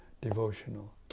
devotional